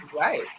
Right